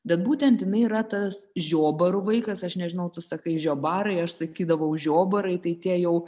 bet būtent jinai yra tas žiobarų vaikas aš nežinau tu sakai žiobarai aš sakydavau žiobarai tai tie jau